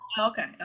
okay